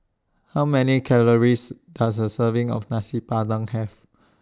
How Many Calories Does A Serving of Nasi Padang Have